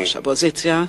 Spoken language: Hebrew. ראש האופוזיציה,